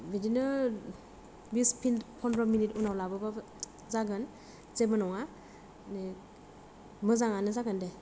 बिदिनि बिस फनद्र' मिनिटनि उनाव लाबोबाबो जागोन जेबो नङा मोजाङानो जागोन दे